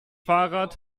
fahrrad